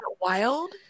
wild